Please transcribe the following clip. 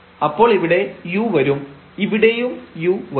അപ്പോൾ ഇവിടെ u വരും ഇവിടെയും u വരും